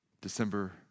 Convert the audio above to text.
December